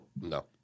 No